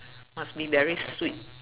must be very sweet